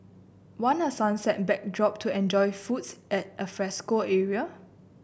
want a sunset backdrop to enjoy foods at alfresco area